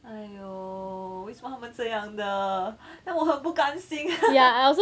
!aiyo! 为什么他们这样的 then 我很不甘心